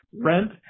rent